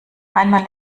einmal